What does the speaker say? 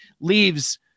leaves